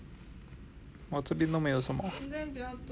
我这边都没有什么